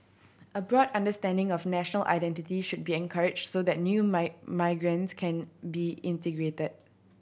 a broad understanding of national identity should be encouraged so that new migrants can be integrate